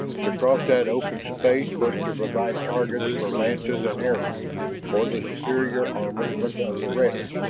to cross that open space was to provide targets for lances and arrows or the superior armament of the reds.